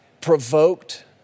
provoked